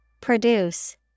Produce